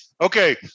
Okay